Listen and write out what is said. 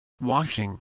Washing